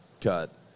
cut